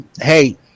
Hey